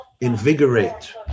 invigorate